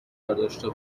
برداشته